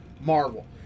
Marvel